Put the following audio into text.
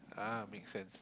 ah makes sense